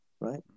right